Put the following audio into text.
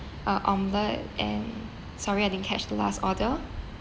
a omelette and sorry I didn't catch the last order